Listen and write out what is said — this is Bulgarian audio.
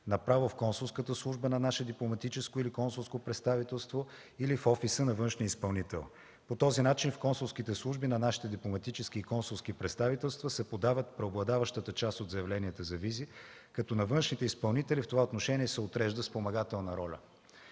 направо в консулската служба на наше дипломатическо или консулско представителство, или в офиса на външния изпълнител. По този начин в консулските служби на нашите дипломатически и консулски представителства се подават преобладаващата част от заявленията за визи, като на външните изпълнители в това отношение се отрежда спомагателна роля.